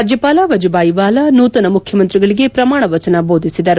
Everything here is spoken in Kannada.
ರಾಜ್ಯಪಾಲ ವಜೂಭಾಯಿ ವಾಲಾ ನೂತನ ಮುಖ್ಯಮಂತ್ರಿಗಳಿಗೆ ಪ್ರಮಾಣ ವಚನ ಬೋಧಿಸಿದರು